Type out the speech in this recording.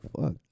fuck